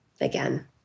again